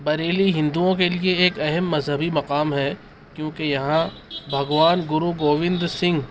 بریلی ہندوؤں کے لیے ایک اہم مذہبی مقام ہے کیونکہ یہاں بھگوان گرو گوبند سنگھ